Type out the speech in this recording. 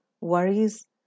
worries